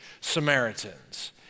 Samaritans